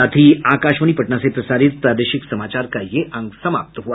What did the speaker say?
इसके साथ ही आकाशवाणी पटना से प्रसारित प्रादेशिक समाचार का ये अंक समाप्त हुआ